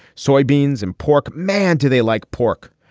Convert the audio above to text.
soybeans and pork. man two they like pork.